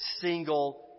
single